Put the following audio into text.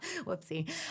Whoopsie